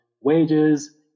wages